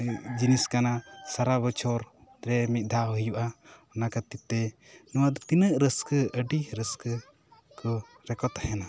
ᱡᱤᱱᱤᱥ ᱠᱟᱱᱟ ᱥᱟᱨᱟ ᱵᱚᱪᱷᱚᱨ ᱨᱮ ᱢᱤᱫ ᱫᱷᱟᱣ ᱦᱩᱭᱩᱜᱼᱟ ᱚᱱᱟ ᱠᱷᱟᱹᱛᱤᱨ ᱛᱮ ᱱᱚᱶᱟ ᱫᱚ ᱛᱤᱱᱟᱹᱜ ᱨᱟᱹᱥᱠᱟᱹ ᱟᱹᱰᱤ ᱨᱟᱹᱥᱠᱟᱹ ᱠᱚ ᱨᱮᱠᱚ ᱛᱟᱦᱮᱸᱱᱟ